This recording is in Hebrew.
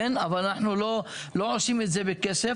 אבל אנחנו לא עושים את זה בכסף,